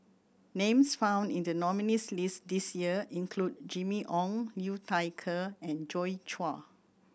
names found in the nominees' list this year include Jimmy Ong Liu Thai Ker and Joi Chua